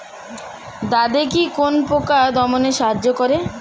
দাদেকি কোন পোকা দমনে সাহায্য করে?